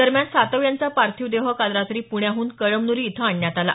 दरम्यान सातव यांचा पार्थिव देह काल रात्री पुण्याहून कळमनुरी इथं आणण्यात आला